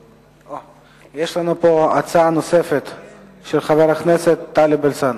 יש לנו פה הצעה נוספת של חבר הכנסת טלב אלסאנע,